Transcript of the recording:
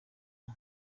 aha